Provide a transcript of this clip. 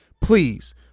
Please